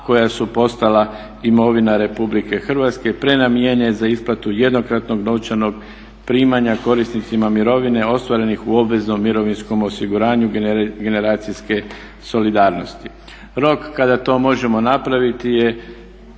koja su postala imovina Republika Hrvatske prenamijene za isplatu jednokratnog novčanog primanja korisnicima mirovine ostvarenih u obveznom mirovinskom osiguranju generacijske solidarnosti. Rok kada to možemo napraviti je